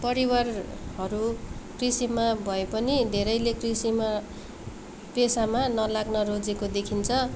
परिवारहरू कृषिमा भए पनि धेरैले कृषिमा पेशामा नलाग्न रोजेको देखिन्छ